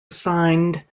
signed